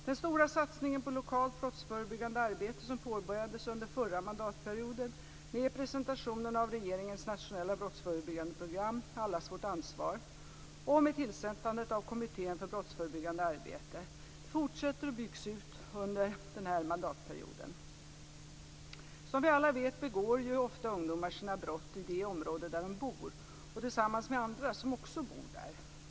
Den stora satsningen på lokalt brottsförebyggande arbete som påbörjades under den förra mandatperioden med presentationen av regeringens nationella brottsförebyggande program, Allas vårt ansvar, och med tillsättandet av Kommittén för brottsförebyggande arbete, fortsätter och byggs ut under denna mandatperiod. Som vi alla vet begår ju ofta ungdomar sina brott i det område där de bor och tillsammans med andra som också bor där.